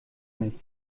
nicht